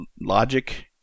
logic